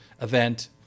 event